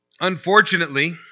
Unfortunately